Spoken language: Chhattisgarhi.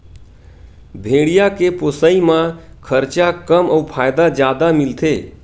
भेड़िया के पोसई म खरचा कम अउ फायदा जादा मिलथे